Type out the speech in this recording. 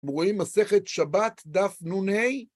רואים מסכת שבת דף נ"ה?